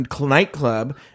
nightclub